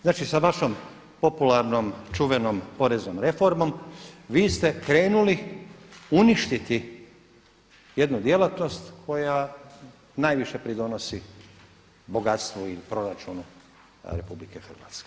Znači sa vašom popularnom, čuvenom poreznom reformom vi ste krenuli uništiti jednu djelatnost koja najviše pridonosi bogatstvu i u proračunu RH.